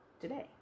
today